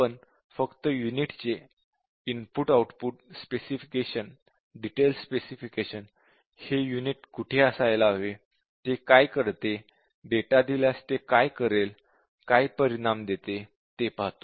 आपण फक्त युनिटचे input output specification detail specification हे युनिट कुठे असायला हवे ते काय करते डेटा दिल्यास ते काय करेल काय परिणाम देते ते पाहतो